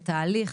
את ההליך,